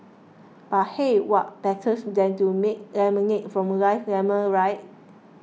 but hey what betters than to make lemonade from life's lemons right